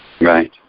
Right